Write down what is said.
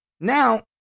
now